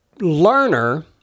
learner